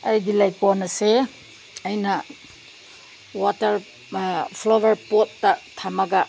ꯑꯩꯒꯤ ꯂꯩꯀꯣꯜ ꯑꯁꯦ ꯑꯩꯅ ꯋꯥꯇꯔ ꯐ꯭ꯂꯥꯋꯔ ꯄꯣꯠꯇ ꯊꯝꯃꯒ